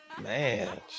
man